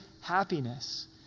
happiness